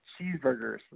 cheeseburgers